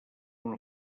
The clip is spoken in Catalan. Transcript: una